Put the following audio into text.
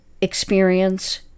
experience